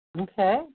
Okay